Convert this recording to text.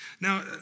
Now